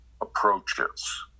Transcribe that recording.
approaches